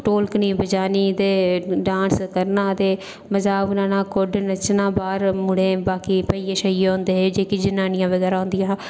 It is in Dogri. ते ढोलकनी बजानी ते डांस करना ते मजाक बनाना कुड्ड नच्चना बाहर मुड़ें बाकी पीऐ औंदे हे जेह्कियां जनानियां बगैरा औंदियां हियां